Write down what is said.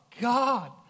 God